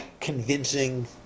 convincing